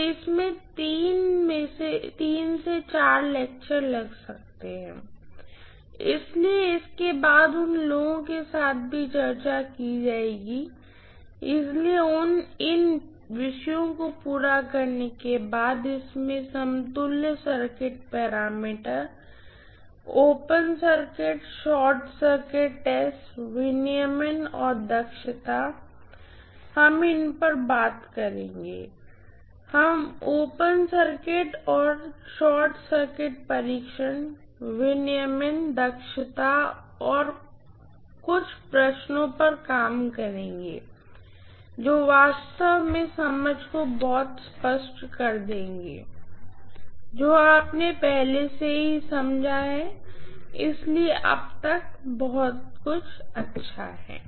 तो इसमें 3 से 4 लेक्चर लग सकते है इसलिए इसके बाद उन लोगों के साथ भी चर्चा की जाएगी इसलिए इन चार विषयों को पूरा करने के बाद इसमें समतुल्य circuit parameter open circuit short circuit test विनियमन और दक्षता हम इन पर बात करेंगे हम OC SC परीक्षण विनियमन और दक्षता पर कुछ और प्रश्नों पर काम करेंगे जो वास्तव में समझ को बहुत स्पष्ट कर देगा जो आपने पहले से ही समझा है इसलिए अब तक बहुत अच्छा है